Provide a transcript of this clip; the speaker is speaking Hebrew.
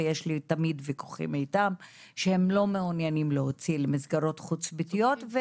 ויש לי תמיד ויכוחים איתם שהם לא מעוניינים להוציא למסגרות חוץ ביתיות.